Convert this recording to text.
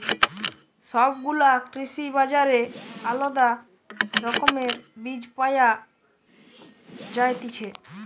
সব গুলা কৃষি বাজারে আলদা রকমের বীজ পায়া যায়তিছে